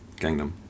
Gangnam